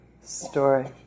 story